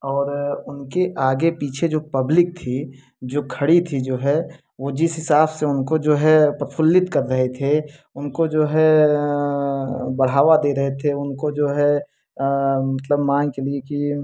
और उनके आगे पीछे जो पब्लिक थी जो खड़ी थी जो है वो जिस हिसाब से उनको जो है प्रफुल्लित कर रहे थे उनको जो है बढ़ावा दे रहे थे उनको जो है मतलब मान कर चलिए कि